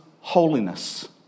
holiness